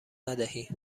ندهی